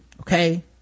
Okay